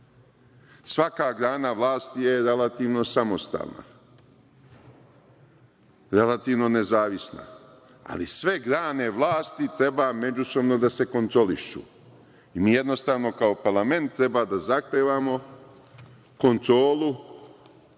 Svaka grana vlasti je relativno samostalna, relativno nezavisna, ali sve grane vlasti treba međusobno da se kontrolišu. Mi jednostavno kao parlament treba da zahtevamo kontrolu, bar